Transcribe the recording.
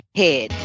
head